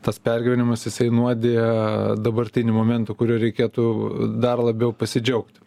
tas pergyvenimas isai nuodija dabartiniu momentu kuriuo reikėtų dar labiau pasidžiaugti